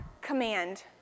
command